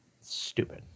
Stupid